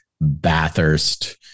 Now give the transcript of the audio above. Bathurst